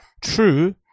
true